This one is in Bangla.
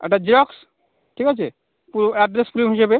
একটা জেরক্স ঠিক আছে পুরো অ্যাড্রেস হয়ে যাবে